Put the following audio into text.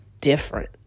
different